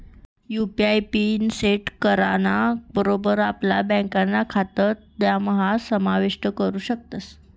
UPI PIN set कराना बरोबर आपला ब्यांक खातं त्यानाम्हा समाविष्ट करू शकतस